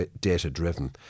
data-driven